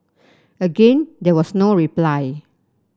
again there was no reply